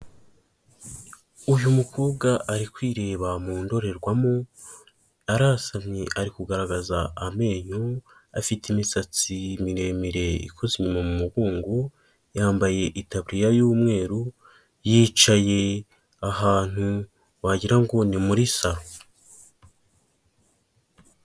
Uyu mukobwa ari kwireba mu ndorerwamo arasanmye ari kugaragaza amenyu afite imisatsi miremire ikoze inyuma mu mugungo yambaye itaburiya y'umweru yicaye ahantu wagirango ngo ni muri salo.